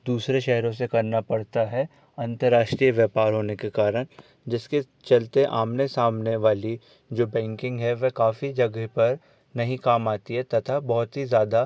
दूसरे शहरों से करना पड़ता है अंतर्राष्ट्रीय व्यापार होने के कारण जिसके चलते आमने सामने वाली जो बैंकिंग है वह काफ़ी जगह पर नहीं काम आती है तथा बहुत ही ज़्यादा